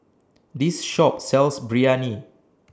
This Shop sells Biryani